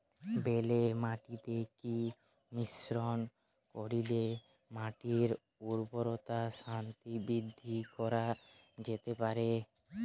বেলে মাটিতে কি মিশ্রণ করিলে মাটির উর্বরতা শক্তি বৃদ্ধি করা যেতে পারে?